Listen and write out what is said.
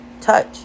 touch